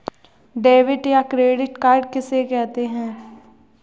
Debit या credit card किसे कहते हैं?